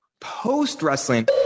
post-wrestling